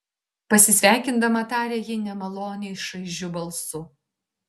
pasisveikindama tarė ji nemaloniai šaižiu balsu